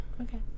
Okay